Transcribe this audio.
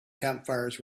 campfires